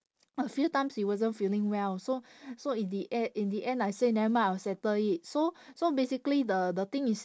a few times she wasn't feeling well so so in the e~ in the end I say nevermind I'll settle it so so basically the the thing is